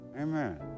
Amen